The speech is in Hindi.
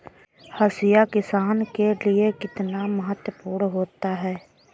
हाशिया किसान के लिए कितना महत्वपूर्ण होता है?